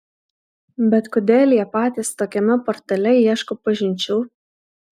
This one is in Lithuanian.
bet kodėl jie patys tokiame portale ieško pažinčių